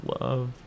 love